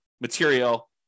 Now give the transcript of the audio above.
material